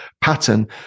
pattern